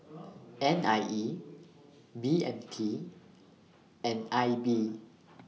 N I E B M T and I B